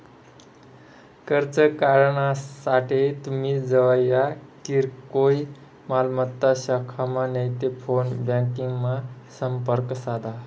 कर्ज काढानासाठे तुमी जवयना किरकोय मालमत्ता शाखामा नैते फोन ब्यांकिंगमा संपर्क साधा